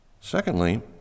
Secondly